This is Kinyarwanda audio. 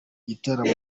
igitaramo